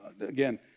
again